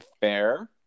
fair